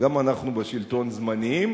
גם אנחנו בשלטון זמניים.